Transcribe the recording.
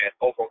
over